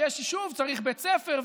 שיש יישוב צריך בית ספר,